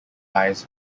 eyes